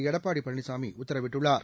எடப்பாடி பழனிசாமி உத்தரவிட்டுள்ளார்